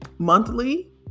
monthly